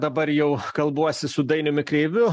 dabar jau kalbuosi su dainiumi kreiviu